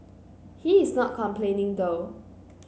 he is not complaining though